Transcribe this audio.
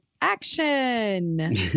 action